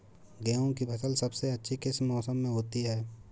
गेंहू की फसल सबसे अच्छी किस मौसम में होती है?